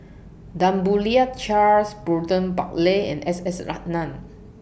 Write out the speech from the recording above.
Tan Boo Liat Charles Burton Buckley and S S Ratnam